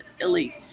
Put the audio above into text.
elite